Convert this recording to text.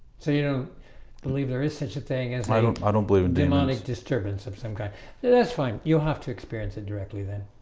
so, you know believe there is such a thing as i don't i don't believe in demonic disturbance um, same guy that's fine. you have to experience it directly then